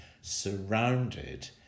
surrounded